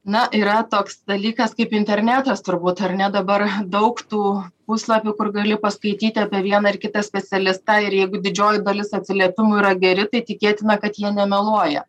na yra toks dalykas kaip internetas turbūt ar ne dabar daug tų puslapių kur gali paskaityti apie vieną ar kitą specialistą ir jeigu didžioji dalis atsiliepimų geri tai tikėtina kad jie nemeluoja